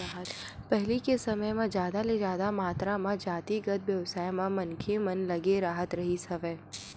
पहिली के समे म जादा ले जादा मातरा म जातिगत बेवसाय म मनखे मन लगे राहत रिहिस हवय